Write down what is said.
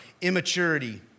immaturity